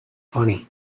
funny